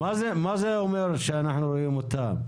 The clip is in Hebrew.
מה זה אומר שאנחנו רואים אותם?